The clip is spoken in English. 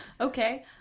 Okay